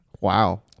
Wow